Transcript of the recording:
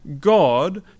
God